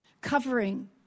covering